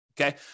okay